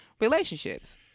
relationships